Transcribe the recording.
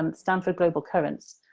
um stanford global currents,